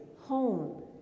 home